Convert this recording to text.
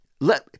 let